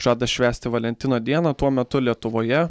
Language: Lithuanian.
žada švęsti valentino dieną tuo metu lietuvoje